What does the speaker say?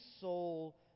soul